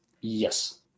yes